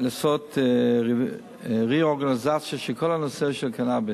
לעשות רה-אורגניזציה של כל הנושא של קנאביס.